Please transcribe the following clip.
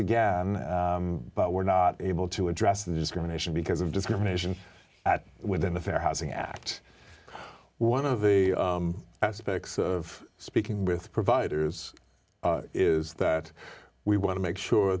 again but we're not able to address the discrimination because of discrimination at within the fair housing act one of the aspects of speaking with providers is that we want to make sure